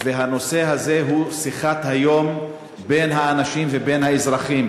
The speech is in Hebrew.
והנושא הזה הוא שיחת היום בין האנשים ובין האזרחים.